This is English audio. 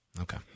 Okay